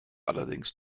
allerdings